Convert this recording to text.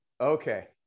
okay